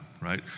right